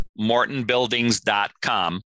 mortonbuildings.com